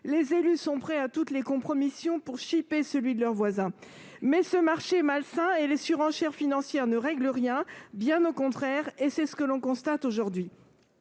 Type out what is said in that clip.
Les élus sont prêts à toutes les compromissions pour chiper le praticien de leur voisin. Néanmoins, ce marché est malsain et les surenchères financières ne règlent rien, bien au contraire ; c'est d'ailleurs ce que l'on constate aujourd'hui.